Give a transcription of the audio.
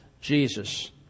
Jesus